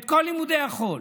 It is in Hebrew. את כל לימודי החול,